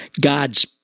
God's